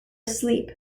asleep